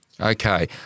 Okay